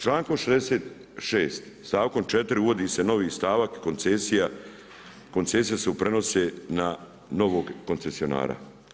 Člankom 66. stavkom 4. uvodi se novi stavak koncesija, koncesije se prenose na novog koncensionara.